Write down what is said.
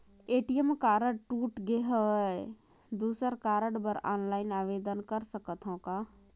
ATM card टूट गे हववं दुसर कारड बर ऑनलाइन आवेदन कर सकथव का?